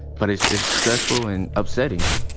but it's it's stressful and upsetting.